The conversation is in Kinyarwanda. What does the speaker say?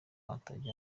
atajya